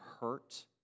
hurt